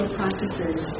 practices